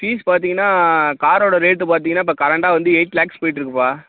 fees பார்த்தீங்கன்னா காரோடு rate பார்த்தீங்கன்னா இப்போ கரண்டாக வந்து எயிட் லேக்ஸ் போய்கிட்ருக்குப்பா